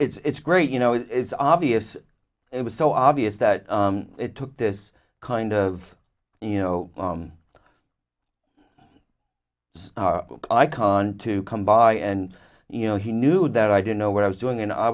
d it's great you know it's obvious it was so obvious that it took this kind of you know icon to come by and you know he knew that i didn't know what i was doing and i